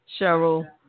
Cheryl